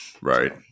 Right